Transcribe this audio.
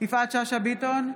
יפעת שאשא ביטון,